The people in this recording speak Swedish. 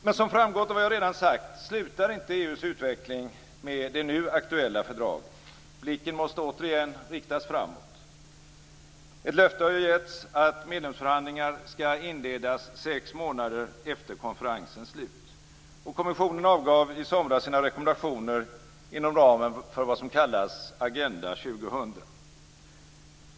Men som framgått av vad jag redan sagt slutar inte EU:s utveckling med det nu aktuella fördraget. Blicken måste återigen riktas framåt. Ett löfte har ju givits att medlemsförhandlingar skall inledas sex månader efter konferensens slut. Kommissionen avgav i somras sina rekommendationer inom ramen för vad som kallas Agenda 2000.